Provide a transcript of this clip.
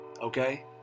okay